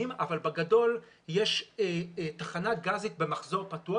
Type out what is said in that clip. אבל בגדול יש תחנה גזית במחזור פתוח.